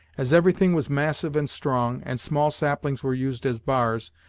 as everything was massive and strong, and small saplings were used as bars,